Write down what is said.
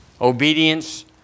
obedience